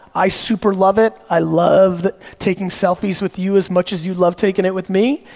i super love it, i love taking selfies with you as much as you love taking it with me,